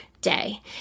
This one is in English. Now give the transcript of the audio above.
day